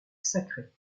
sacrée